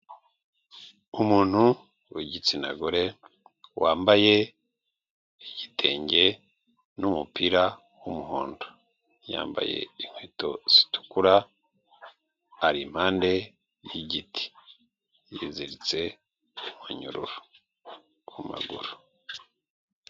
Umuntu wigitsina gore wambaye igitenge n' numupira w'umuhondo yambaye inkweto zitukura hari impande y'igiti yiziritse umunyurura ku maguru.